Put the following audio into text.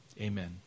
Amen